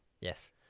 Yes